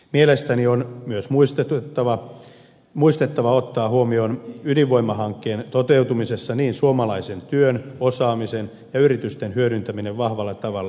mielestäni on myös muistettava ottaa huomioon ydinvoimahankkeen toteutumisessa niin suomalaisen työn osaamisen kuin yritysten hyödyntäminen vahvalla tavalla